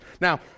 Now